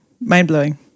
mind-blowing